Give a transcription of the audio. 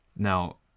Now